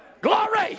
Glory